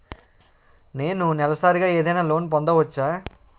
నేను నెలసరిగా ఏదైనా లోన్ పొందవచ్చా?